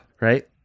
Right